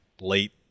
late